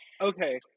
okay